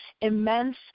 immense